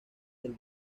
del